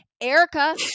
erica